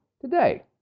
today